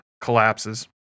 collapses